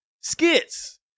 skits